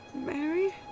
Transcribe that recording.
Mary